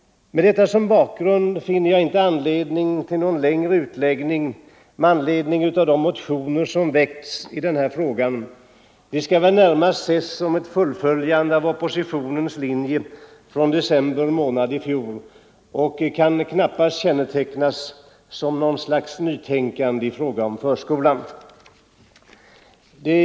Med detta som bakgrund finner jag inte anledning till någon längre utläggning i anslutning till de motioner som väckts i denna fråga. De skall väl närmast ses som ett fullföljande av oppositionens linje i december månad i fjol, och de kan knappast sägas kännetecknas av något nytänkande i fråga om förskolan.